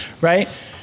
right